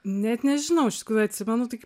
net nežinau iš tikrųjų atsimenu tik